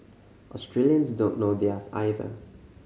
Australians don't know theirs either